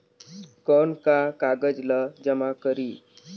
कौन का कागज ला जमा करी?